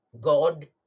God